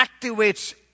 activates